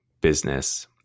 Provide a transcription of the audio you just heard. business